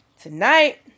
tonight